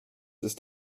ist